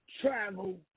travel